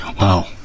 Wow